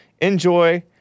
Enjoy